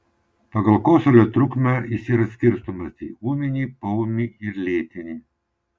pagal kosulio trukmę jis yra skirstomas į ūminį poūmį ir lėtinį